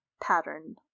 pattern